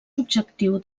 subjectiu